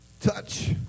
touch